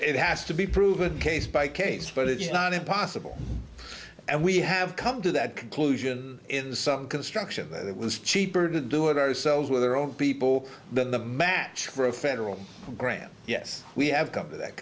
it has to be proven case by case but it's not impossible and we have come to that conclusion in some construction that was cheaper to do it ourselves with our own people the match for a federal grant yes we have come to that